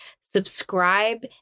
subscribe